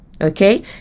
Okay